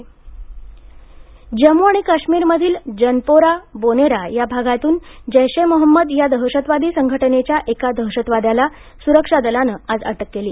जम्मू आणि काश्मिर जम्मू आणि काश्मिरमधील जनपोरा बोनेरा या भागातून जैश ए मोहम्मद या दहशतवादी संघटनेच्या एका दहशतवाद्याला सुरक्षा दलाने आज अटक केली